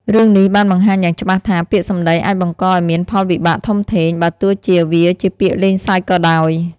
រឿងនេះបានបង្ហាញយ៉ាងច្បាស់ថា ពាក្យសម្តីអាចបង្កឱ្យមានផលវិបាកធំធេង បើទោះជាវាជាពាក្យលេងសើចក៏ដោយ។